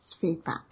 feedback